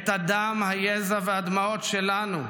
את הדם, היזע והדמעות שלנו,